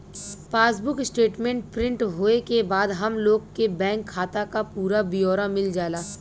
passbook statement print होये के बाद हम लोग के बैंक खाता क पूरा ब्यौरा मिल जाला